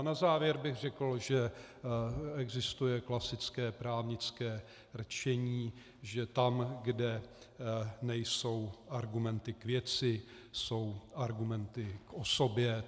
Na závěr bych řekl, že existuje klasické právnické rčení, že tam, kde nejsou argumenty k věci, jsou argumenty k osobě.